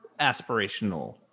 aspirational